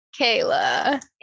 kayla